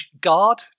Guard